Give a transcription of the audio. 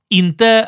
inte